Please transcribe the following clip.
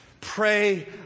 Pray